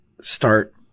start